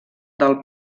del